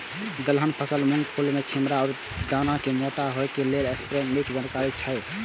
दलहन फसल मूँग के फुल में छिमरा में दाना के मोटा होय लेल स्प्रै निक के जानकारी चाही?